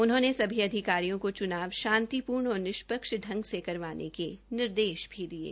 उन्होंने सभी अधिकारियों को चुनाव शांतिपूर्ण और निष्पक्ष ढंग से करवाने के निर्देश भी दिये